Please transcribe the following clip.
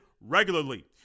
regularly